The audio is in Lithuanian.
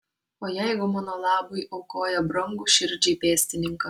o jeigu mano labui aukoja brangų širdžiai pėstininką